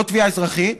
לא תביעה אזרחית.